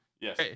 Yes